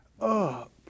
up